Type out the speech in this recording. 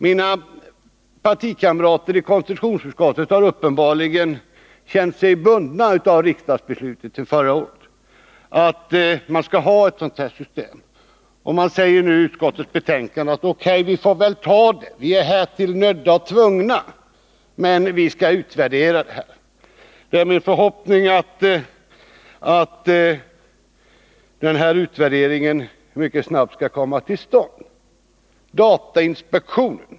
Mina partikamrater i konstitutionsutskottet har uppenbarligen känt sig bundna av riksdagsbeslutet förra året att det skall vara en sådan här lagstiftning. Man säger nu i utskottsbetänkandet: O.K., vi får väl ta det. Vi är härtill nödda och tvungna, men vi skall utvärdera detta. Det är min förhoppning att den utvärderingen skall komma till stånd mycket snabbt.